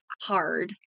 hard